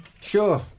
Sure